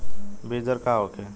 बीजदर का होखे?